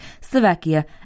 Slovakia